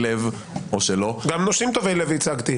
לב --- גם נושים טובי לב ייצגתי.